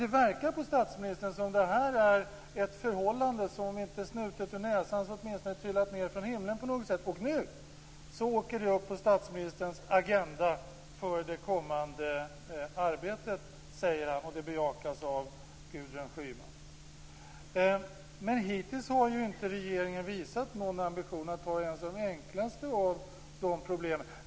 Det verkar på statsministern som om det här är ett förhållande som, om det inte är snutet ur näsan, åtminstone har trillat ned från himlen på något sätt. Nu åker det upp på statsministerns agenda för det kommande arbetet, säger han. Det bejakas av Gudrun Hittills har inte regeringen visat någon ambition att ta itu ens med de enklaste av de problemen.